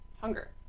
hunger